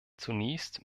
zunächst